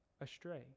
astray